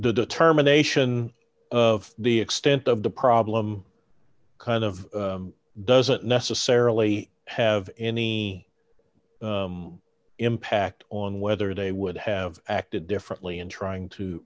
determination of the extent of the problem kind of doesn't necessarily have any impact on whether they would have acted differently in trying to